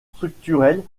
structurels